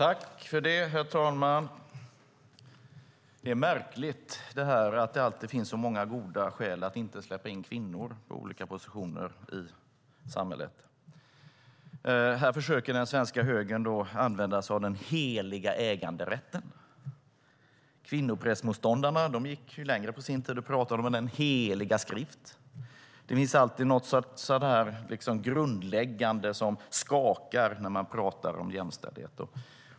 Herr talman! Det är märkligt att det alltid finns så många goda skäl att inte släppa in kvinnor på olika positioner i samhället. Här försöker den svenska högern använda sig av den heliga äganderätten. Kvinnoprästmotståndarna gick längre på sin tid och talade om den heliga skrift. Det finns alltid något sådant där grundläggande som skakar när man talar om jämställdhet.